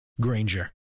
Granger